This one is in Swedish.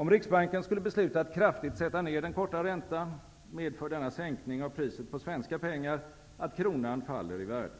Om Riksbanken skulle besluta att kraftigt sätta ned den korta räntan, medför denna sänkning av priset på svenska pengar att kronan faller i värde.